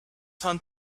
hunt